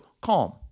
CALM